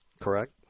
correct